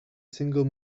single